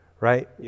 right